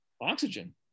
oxygen